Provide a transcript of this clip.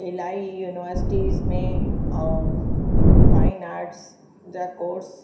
इलाही यूनिवर्सिटीस में ऐं फ़ाइन आर्ट्स जा कोर्स